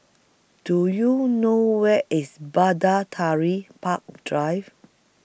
Do YOU know Where IS Bidatari Park Drive